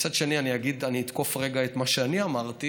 מצד שני אני אתקוף רגע את מה שאני אמרתי: